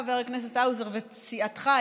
חבר הכנסת האוזר וסיעתך,